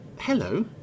Hello